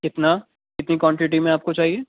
کتنا کتنی کونٹیٹی میں آپ کو چاہیے